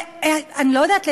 אני לא יודעת,